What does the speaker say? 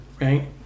right